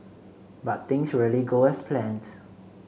but things rarely go as planned